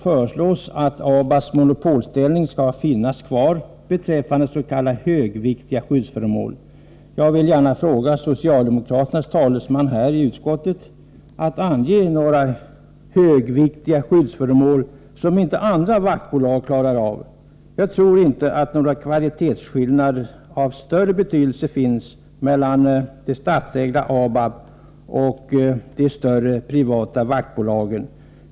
Jag har samma uppfattning som de. kvar beträffande s.k. högviktiga skyddsföremål. Jag vill gärna be socialdemokraternas talesman i utskottet att ange några högviktiga skyddsföremål som inte andra vaktbolag klarar av. Jag tror inte att det finns några kvalitetsskillnader av betydelse mellan det statsägda ABAB och de större privata vaktbolagen.